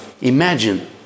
imagine